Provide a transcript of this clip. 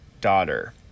daughter